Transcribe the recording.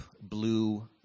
blue